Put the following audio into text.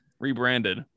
rebranded